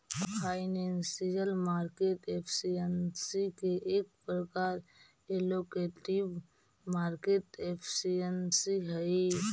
financial market efficiency के एक प्रकार एलोकेटिव मार्केट एफिशिएंसी हई